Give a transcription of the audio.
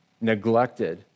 neglected